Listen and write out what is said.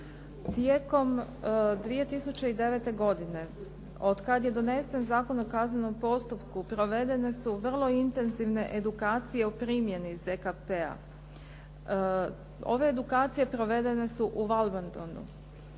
Tijekom 2009. godine od kad je donesen Zakon o kaznenom postupku provedene su vrlo intenzivne edukacije u primjeni ZKP-a. Ove edukacije provedene su u Valbandonu.